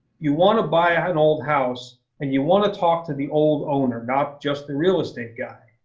you want to buy an old house and you want to talk to the old owner, not just the real estate guy.